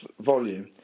volume